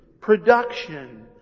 production